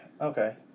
okay